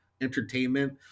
entertainment